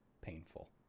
painful